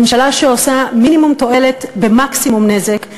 ממשלה שעושה מינימום תועלת במקסימום נזק,